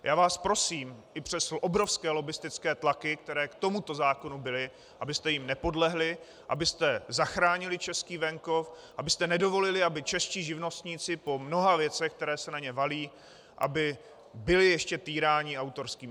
Já vás prosím, i přes obrovské lobbistické tlaky, které k tomuto zákonu byly, abyste jim nepodlehli, abyste zachránili český venkov, abyste nedovolili, aby čeští živnostníci po mnoha věcech, které se na ně valí, byli ještě týráni autorskými svazy.